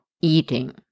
eating